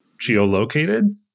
geolocated